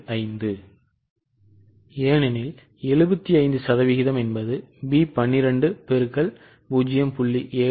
75 ஏனெனில் 75 சதவீதம் என்பது B 12 X 0